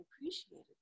appreciated